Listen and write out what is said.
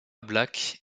black